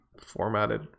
formatted